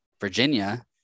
Virginia